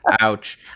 ouch